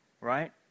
Right